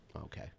Okay